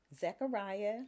Zechariah